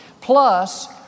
Plus